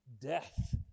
death